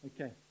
Okay